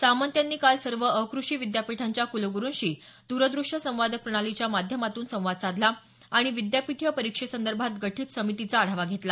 सामंत यांनी काल सर्व अकृषी विद्यापीठांच्या कुलगुरूशी दुरद्रश्य संवाद प्रणालीच्या माध्यमातून संवाद साधला आणि विद्यापीठीय परीक्षेसंदर्भात गठीत समितीचा आढावा घेतला